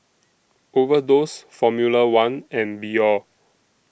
Overdose Formula one and Biore